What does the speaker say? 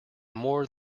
more